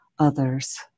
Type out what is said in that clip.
others